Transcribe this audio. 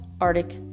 arctic